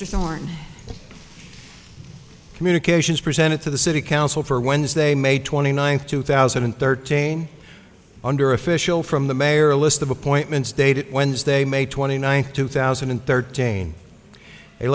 online communications presented to the city council for wednesday may twenty ninth two thousand and thirteen under official from the mayor list of appointments dated wednesday may twenty ninth two thousand and thirteen